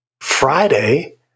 Friday